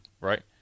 right